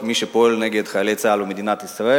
מי שפועל נגד חיילי צה"ל ומדינת ישראל,